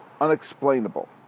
unexplainable